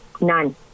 none